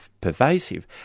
pervasive